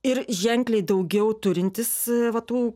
ir ženkliai daugiau turintis va tų